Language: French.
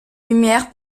lumière